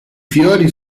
fiori